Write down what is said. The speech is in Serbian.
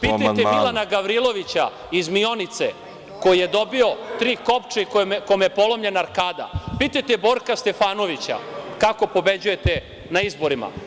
pitajte Milana Gavrilovića iz Mionice, koji je dobio tri kopče i kome je polomljena arkada, pitajte Borka Stefanovića kako pobeđujete na izborima.